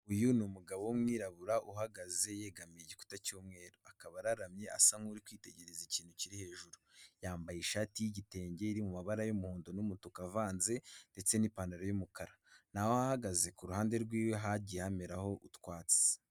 Uyu ni umugabo w'umwirabura uhagaze yegamiye igikuta cy'umweru, akaba araramye asa nk'uri kwitegereza ikintu kiri hejuru, yambaye ishati y'igitenge iri mu mabara y'umuhondo n'umutuku uvanze, ndetse n'ipantaro y'umukara, n'aho ahagaze ku ruhande rw'iwe hagiye hameraraho utwatsi.